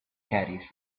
caddies